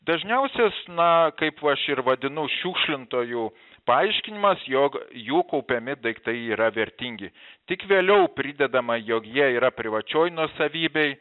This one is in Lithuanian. dažniausias na kaip aš ir vadinu šiukšlintojų paaiškinimas jog jų kaupiami daiktai yra vertingi tik vėliau pridedama jog jie yra privačioj nuosavybėj